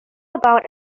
about